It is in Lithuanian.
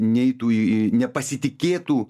neitų į nepasitikėtų